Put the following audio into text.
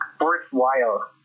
worthwhile